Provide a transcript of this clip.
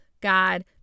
God